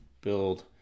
build